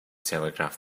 telegraph